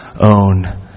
own